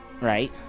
Right